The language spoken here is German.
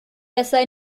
besser